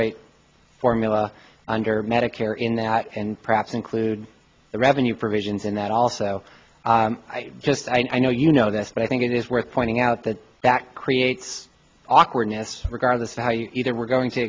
rate formula under medicare in that and perhaps include the revenue provisions in that also i just i know you know this but i think it is worth pointing out that that creates awkwardness regardless of how you either we're going to